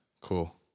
Cool